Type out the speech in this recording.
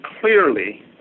clearly